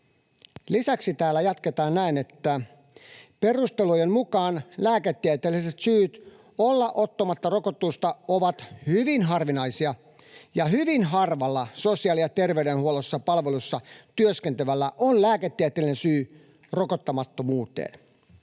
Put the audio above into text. Lisäksi täällä jatketaan näin: ”Perustelujen mukaan lääketieteelliset syyt olla ottamatta rokotusta ovat hyvin harvinaisia ja hyvin harvalla sosiaali- ja tervey-denhuollon palveluissa työskentelevällä on lääketieteellinen syy rokottamattomuuteen.”